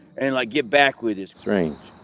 and like get back with us. strange.